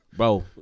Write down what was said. Bro